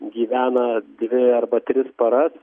gyvena dvi arba tris paras